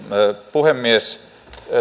puhemies